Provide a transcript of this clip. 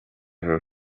bhur